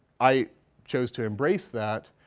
i chose to embrace that.